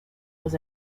was